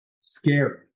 scary